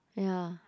ya